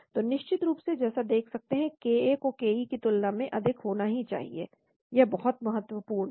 तो निश्चित रूप से जैसा देख सकते हैं ka को ke की तुलना में अधिक होना ही चाहिए यह बहुत महत्वपूर्ण है